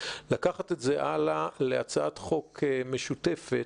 לקחת את זה הלאה להצעת חוק משותפת.